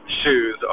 shoes